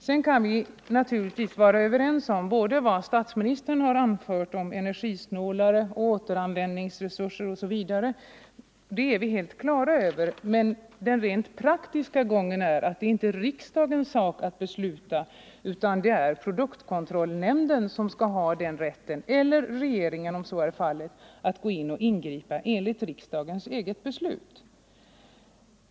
Sedan kan vi naturligtvis vara överens om - vad statsministern har anfört om ett energisnålare samhälle, återanvändningsresurser osv. — det är vi helt på det klara med —- men den rent praktiska gången är att det inte är riksdagens sak att besluta, utan det är produktkontrollnämnden eller regeringen som skall ha rätt att ingripa, enligt riksdagens egei beslut.